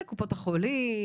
לקופות החולים,